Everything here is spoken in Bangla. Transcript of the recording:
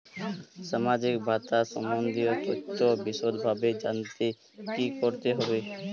সামাজিক ভাতা সম্বন্ধীয় তথ্য বিষদভাবে জানতে কী করতে হবে?